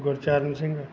Gurcharan Singh